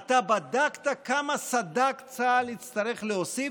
אתה בדקת כמה סד"כ צה"ל יצטרך להוסיף?